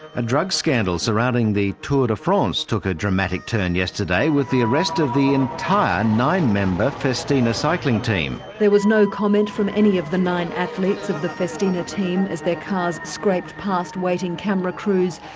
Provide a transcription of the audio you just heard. a drug scandal surrounding the tour de france took a dramatic turn yesterday with the arrest of the entire nine member festina cycling team. there was no comment from any of the nine athletes of the festina team as their cars scraped past waiting camera crews,